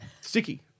Sticky